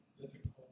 difficult